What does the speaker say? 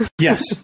Yes